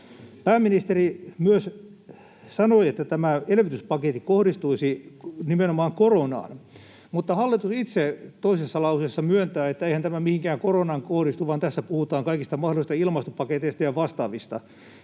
Pääministeri sanoi myös, että tämä elvytyspaketti kohdistuisi nimenomaan koronaan, mutta hallitus itse toisessa lauseessa myöntää, että eihän tämä mihinkään koronaan kohdistu vaan tässä puhutaan kaikista mahdollisista ilmastopaketeista ja vastaavista.